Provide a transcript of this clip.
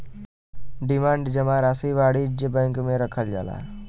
demand जमा राशी वाणिज्य बैंक मे रखल जाला